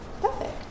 Perfect